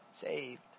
saved